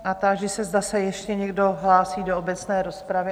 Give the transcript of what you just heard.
A táži se, zda se ještě někdo hlásí do obecné rozpravy?